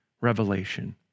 revelation